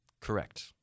Correct